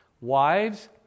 Wives